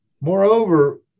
Moreover